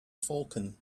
falcon